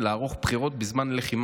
לערוך בחירות בזמן לחימה,